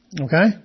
Okay